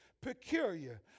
Peculiar